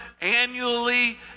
annually